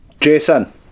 Jason